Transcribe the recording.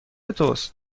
توست